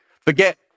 Forget